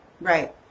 Right